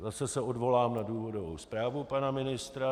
Zase se odvolám na důvodovou zprávu pana ministra.